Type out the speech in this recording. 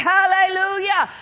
Hallelujah